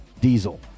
Diesel